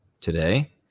today